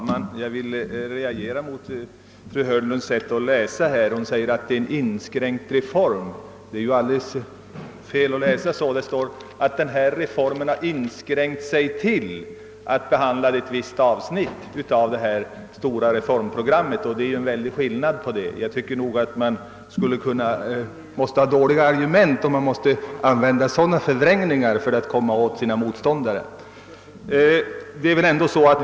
Herr talman! Jag reagerar mot fru Hörnlunds sätt att referera reservationen. Hon säger att det i denna sägs att det gäller en inskränkt reform. Det är fel att läsa så — det står att reformverksamheten inskränkt sig till att behandla ett visst avsnitt av det stora reformprogrammet — och det är ju en annan sak. Nog måste man ha dåliga argument om man behöver tillgripa sådana förvrängningar för att komma åt sina motståndare.